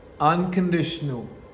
Unconditional